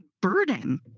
burden